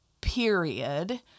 period